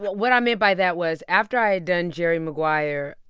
but what i mean by that was after i had done jerry maguire,